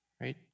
right